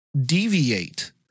deviate